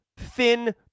thin